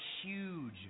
huge